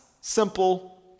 simple